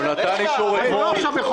הוא נתן אישור אתמול.